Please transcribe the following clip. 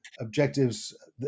Objectives